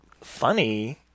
funny